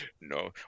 No